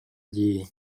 дии